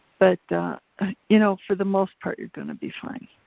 but you know for the most part you're gonna be fine.